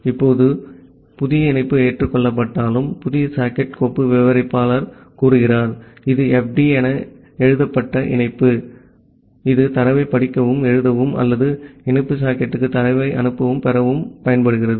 இப்போது இந்த புதிய இணைப்பு ஏற்றுக்கொள்ளப்பட்டதும் புதிய சாக்கெட் கோப்பு விவரிப்பாளர் கூறுகிறார் இது fd எழுதப்பட்ட இணைப்பு இது தரவைப் படிக்கவும் எழுதவும் அல்லது இணைப்பு சாக்கெட்டுக்கு தரவை அனுப்பவும் பெறவும் பயன்படுகிறது